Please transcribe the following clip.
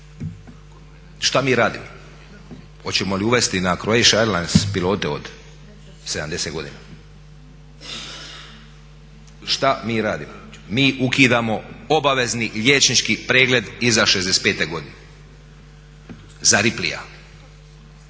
Što mi radimo? Hoćemo li uvesti na Croatia airlines pilote od 70 godina? Što mi radimo? Mi ukidamo obavezni liječnički pregled iza 65. godine. …/Govornik